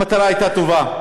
המטרה הייתה טובה.